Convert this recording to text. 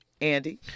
andy